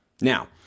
now